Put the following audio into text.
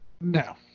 no